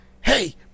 Hey